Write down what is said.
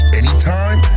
anytime